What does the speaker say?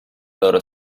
loro